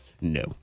No